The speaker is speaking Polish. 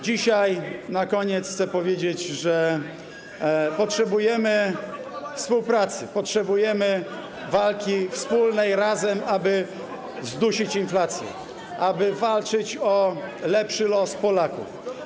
Dzisiaj na koniec chcę powiedzieć, że potrzebujemy współpracy, potrzebujemy walki, wspólnej, razem, aby zdusić inflację, aby walczyć o lepszy los Polaków.